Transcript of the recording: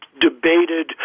debated